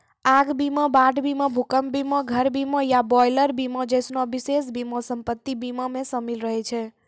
आग बीमा, बाढ़ बीमा, भूकंप बीमा, घर बीमा या बॉयलर बीमा जैसनो विशेष बीमा सम्पति बीमा मे शामिल रहै छै